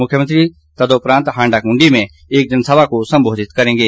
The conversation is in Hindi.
मुख्यमंत्री तदोपरांत हाण्डा कृण्डी में एक जनसभा को सम्बोधित करेंगे